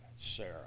sarah